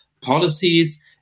policies